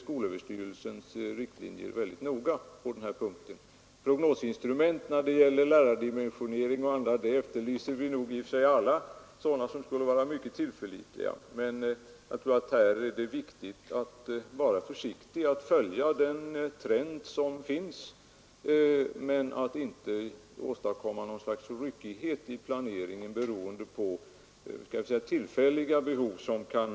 skolöverstyrelsens riktlinjer mycket noga på den här punkten. Vi efterlyser nog alla tillförlitliga prognosinstrument när det gäller lärarutbildningen, men jag tror att det är viktigt att vara försiktig: att följa den trend som finns men inte åstadkomma något slags ryckighet i planeringen för att tillgodose tillfälliga behov.